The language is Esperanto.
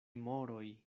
moroj